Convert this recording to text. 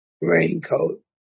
raincoat